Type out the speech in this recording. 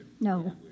No